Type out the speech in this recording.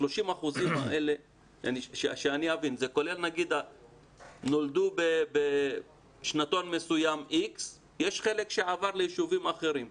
ה-30% האלה זה כולל שנולדו בשנתון מסוים X. יש חלק שעבר ליישובים אחרים.